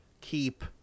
keep –